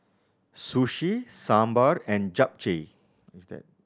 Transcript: Sushi Sambar and Japchae